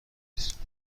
نیست